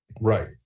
Right